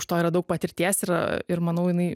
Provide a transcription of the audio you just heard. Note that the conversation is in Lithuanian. už to yra daug patirties ir ir manau jinai